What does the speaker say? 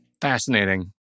Fascinating